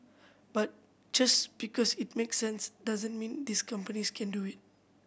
but just because it makes sense doesn't mean these companies can do it